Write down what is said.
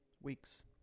weeks